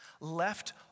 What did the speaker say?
left